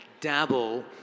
dabble